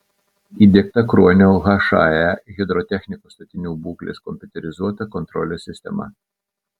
įdiegta kruonio hae hidrotechnikos statinių būklės kompiuterizuota kontrolės sistema